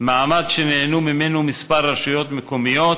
מעמד שנהנו ממנו כמה רשויות מקומיות,